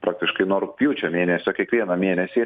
praktiškai nuo rugpjūčio mėnesio kiekvieną mėnesį